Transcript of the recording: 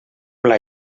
pla